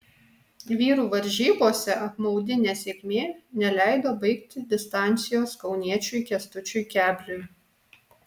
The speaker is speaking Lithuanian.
vyrų varžybose apmaudi nesėkmė neleido baigti distancijos kauniečiui kęstučiui kebliui